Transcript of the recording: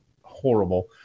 horrible